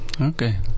Okay